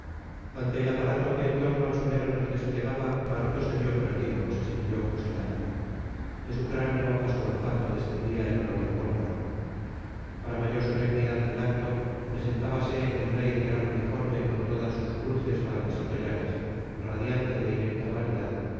ante el aparato que en torno al soberano se desplegaba maroto se vio perdido se sintió fusilado de su cráneo a su olfato descendía el olor de pólvora para mayor solemnidad del acto presentábase el rey de gran uniforme con todas sus cruces bandas y collares radiante de inepta vanidad